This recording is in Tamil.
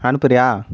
அனுப்புகிறியா